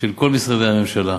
של כל משרדי הממשלה,